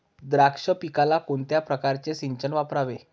द्राक्ष पिकाला कोणत्या प्रकारचे सिंचन वापरावे?